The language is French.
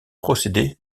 procédés